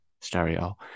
stereo